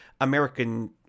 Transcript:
American